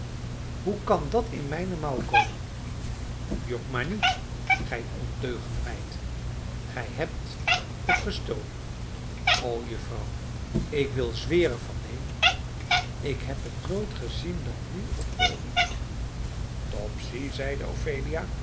hoe kan dat in mijne mouw komen jok maar niet gij ondeugende meid gij hebt het gestolen o juffrouw ik wil zweren van neen ik heb het nooit gezien dan nu op het oogenblik topsy zeide